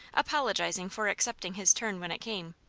apologizing for accepting his turn when it came.